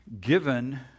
given